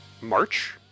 March